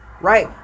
Right